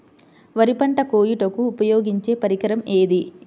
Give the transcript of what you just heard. వరి పంట కోయుటకు ఉపయోగించే పరికరం ఏది?